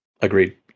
agreed